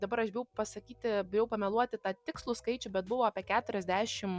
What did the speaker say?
dabar aš galiu pasakyti bijau pameluoti tą tikslų skaičių bet buvo apie keturiasdešim